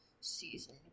season